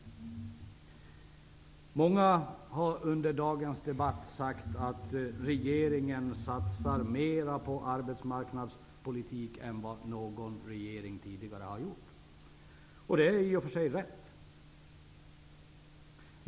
Många har under dagens debatt sagt att regeringen satsar mer på arbetsmarknadspolitik än vad någon regering tidigare har gjort. Det är i och för sig rätt.